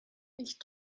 ich